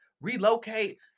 relocate